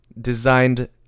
designed